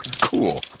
Cool